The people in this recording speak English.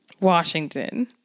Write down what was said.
Washington